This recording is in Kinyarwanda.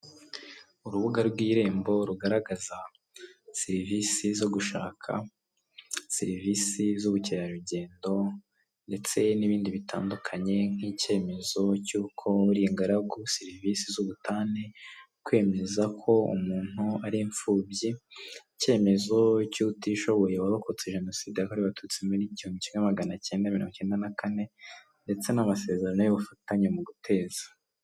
Urubuga rw'irembo rugaragaza serivisi zo gushaka, serivisi z'ubukerarugendo ndetse n'ibindi bitandukanye nk'icyemezo cy'uko uri ingaragu, serivisi z'ubutane, kwemeza ko umuntu ari imfubyi, icyemezo cy' utishoboye warokotse jenoside yakorewe abatutsi muri igihumbi kimwe magana icyenda na mirongo icyenda na kane ndetse n'amasezerano y'ubufatanye mu guteza.